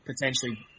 Potentially